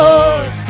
Lord